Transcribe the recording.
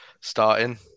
starting